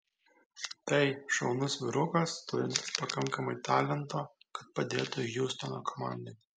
tai šaunus vyrukas turintis pakankamai talento kad padėtų hjustono komandai